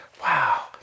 wow